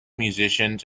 musicians